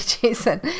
jason